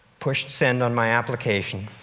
pushed send on my application.